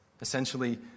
Essentially